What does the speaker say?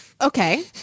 Okay